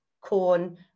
corn